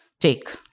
take